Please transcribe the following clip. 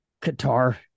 Qatar